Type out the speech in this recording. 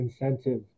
incentive